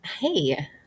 Hey